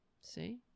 See